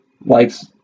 likes